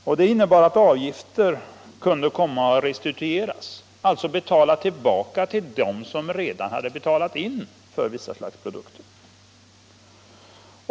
Beslutet innebar att avgifter kunde komma att restitueras, alltså betalas tillbaka till dem som redan hade betalat in avgifter för vissa slags produkter.